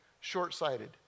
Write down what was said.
short-sighted